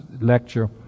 lecture